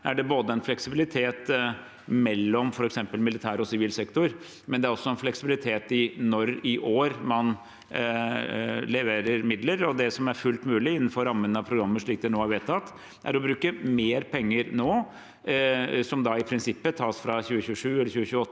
er det både en fleksibilitet mellom f.eks. militær og sivil sektor, og det er en fleksibilitet i når i år man leverer midler. Det som er fullt mulig innenfor rammene av programmet, slik det nå er vedtatt, er å bruke mer penger nå, som i prinsippet da tas fra 2027 eller 2028,